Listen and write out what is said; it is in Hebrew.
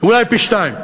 אולי פי-שניים.